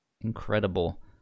incredible